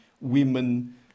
women